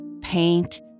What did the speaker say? paint